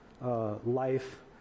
life